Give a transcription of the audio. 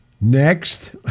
Next